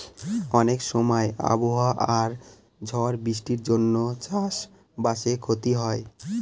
অনেক সময় আবহাওয়া আর ঝড় বৃষ্টির জন্য চাষ বাসে ক্ষতি হয়